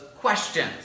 questions